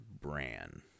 Bran